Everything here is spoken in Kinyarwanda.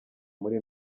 muri